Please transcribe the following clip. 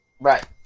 Right